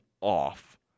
off